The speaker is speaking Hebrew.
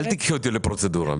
אל תיקחי אותי לפרוצדורה,